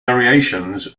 variations